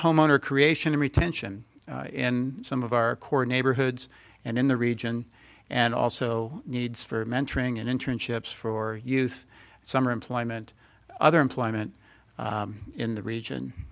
homeowner creation retention in some of our core neighborhoods and in the region and also needs for mentoring and internships for youth summer employment other employment in the region